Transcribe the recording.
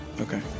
Okay